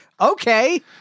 okay